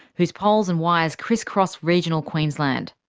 whose poles and wires criss-cross regional queensland.